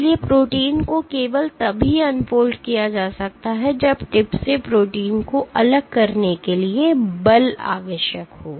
इसलिए प्रोटीन को केवल तभी अनफोल्ड किया जा सकता है जब टिप से प्रोटीन को अलग करने के लिए बल आवश्यक हो